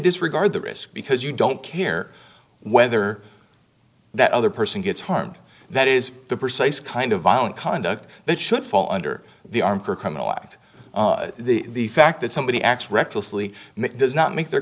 disregard the risk because you don't care whether that other person gets harmed that is the precise kind of violent conduct that should fall under the arm for a criminal act the fact that somebody acts recklessly does not make their